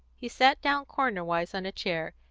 he sat down cornerwise on a chair,